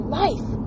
life